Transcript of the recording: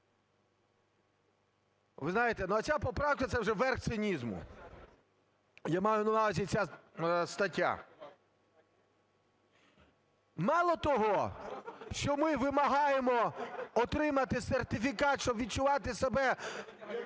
Ви знаєте, ну, оця поправка – це вже верх цинізму, я маю на увазі, ця стаття. Мало того, що ми вимагаємо отримати сертифікат, щоб відчувати себе